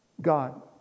God